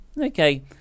okay